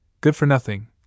good-for-nothing